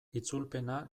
itzulpena